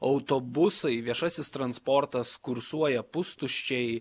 autobusai viešasis transportas kursuoja pustuščiai